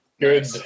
Good